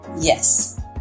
Yes